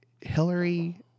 Hillary